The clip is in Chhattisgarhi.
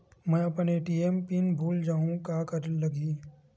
मैं अपन ए.टी.एम पिन भुला जहु का करे ला लगही?